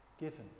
given